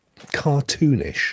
cartoonish